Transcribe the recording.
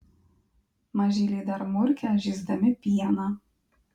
mažyliai dar murkia žįsdami pieną